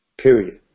Period